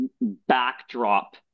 backdrop